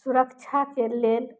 सुरक्षाके लेल